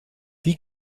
wie